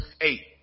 eight